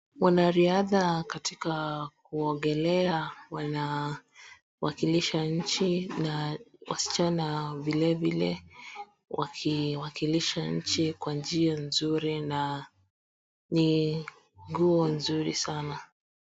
Wanariadha katika kuogelea wanawakilisha nchi, na wasichana vile vile, wakiwakilisha nchi kwa njia nzuri, na ni nguo nzuri sana.